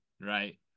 right